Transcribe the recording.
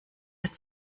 hat